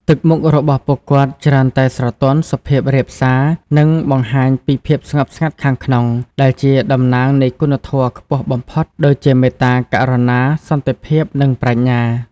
ទឹកមុខរបស់ពួកគាត់ច្រើនតែស្រទន់ សុភាពរាបសា និងបង្ហាញពីភាពស្ងប់ស្ងាត់ខាងក្នុង ដែលជាតំណាងនៃគុណធម៌ខ្ពស់បំផុត ដូចជា មេត្តា ករុណា សន្តិភាព និងប្រាជ្ញា។